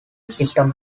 system